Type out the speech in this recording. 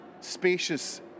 spacious